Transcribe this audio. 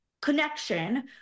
connection